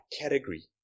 category